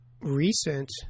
Recent